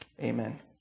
amen